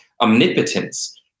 omnipotence